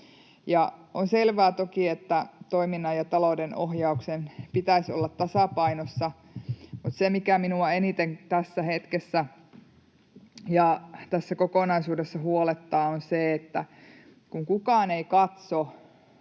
On selvää toki, että toiminnan ja talouden ohjauksen pitäisi olla tasapainossa, mutta se, mikä minua eniten tässä hetkessä ja tässä kokonaisuudessa huolettaa, on se, että kukaan ei katso